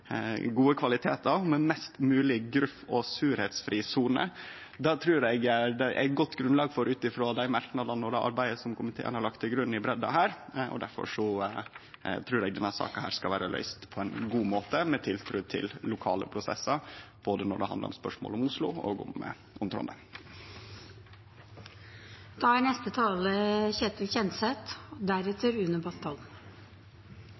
gode kvalitetane ved skogen, med ei mest mogleg gruff- og surleiksfri sone. Det trur eg det er godt grunnlag for ut frå dei merknadene og det arbeidet som komiteen har lagt til grunn i breidda her. Difor trur eg denne saka skal vere løyst på ein god måte med tiltru til lokale prosessar, når det handlar om spørsmål både om Oslo og om